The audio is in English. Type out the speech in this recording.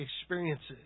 experiences